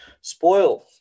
spoil